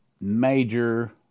major